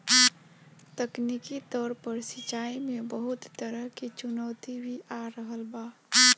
तकनीकी तौर पर सिंचाई में बहुत तरह के चुनौती भी आ रहल बा